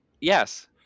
Yes